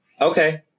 Okay